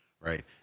right